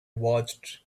watched